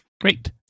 Great